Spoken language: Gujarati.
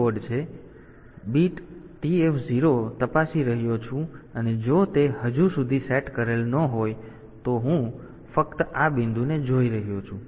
તેથી હું બીટ TF 0 તપાસી રહ્યો છું અને જો તે હજુ સુધી સેટ કરેલ ન હોય તો હું ફક્ત આ બિંદુને જોઈ રહ્યો છું